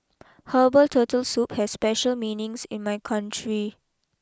Herbal Turtle Soup has special meanings in my country